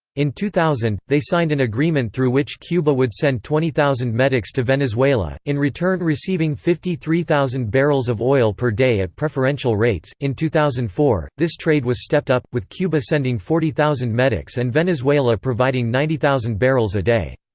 in two thousand, they signed an agreement through which cuba would send twenty thousand medics to venezuela, in return receiving fifty three thousand barrels of oil per day at preferential rates in two thousand and four, this trade was stepped up, with cuba sending forty thousand medics and venezuela providing ninety thousand barrels a day.